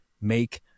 make